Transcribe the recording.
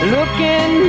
Looking